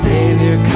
Savior